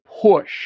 push